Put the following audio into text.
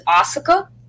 Osaka